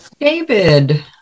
David